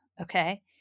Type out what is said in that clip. Okay